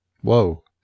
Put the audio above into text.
Whoa